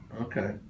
okay